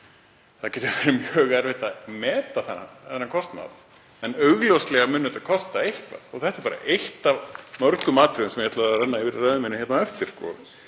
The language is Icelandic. það getur verið mjög erfitt að meta þennan kostnað en augljóslega mun þetta kosta eitthvað. Þetta er bara eitt af mörgum atriðum sem ég ætla að renna yfir í ræðu minni hér á eftir,